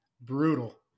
brutal